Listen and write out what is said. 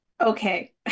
okay